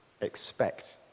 expect